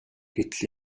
гэтэл